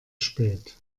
spät